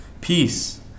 peace